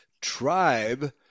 tribe